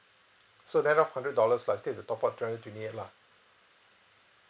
so nett off hundred dollars lah I still have to top up three hundred twenty eight lah